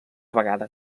vegada